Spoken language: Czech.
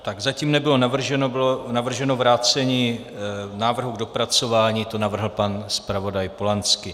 Tak zatím nebylo navrženo, bylo navrženo vrácení návrhu k dopracování, to navrhl pan zpravodaj Polanský.